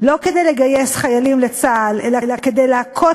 לא כדי לגייס חיילים לצה"ל אלא כדי להכות